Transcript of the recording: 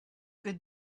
good